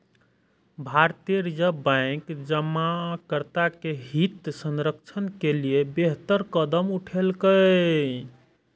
भारतीय reserve bank जमाकर्ता के हित संरक्षण के लिए बेहतर कदम उठेलकै